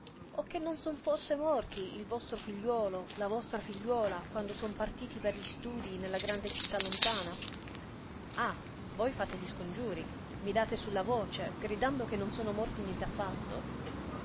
o che non son forse morti il vostro figliuolo la vostra figliuola quando sono partiti per gli studii nella grande città lontana ah voi fate gli scongiuri mi date sulla voce gridando che non sono morti nient'affatto